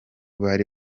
bari